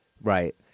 right